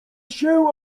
się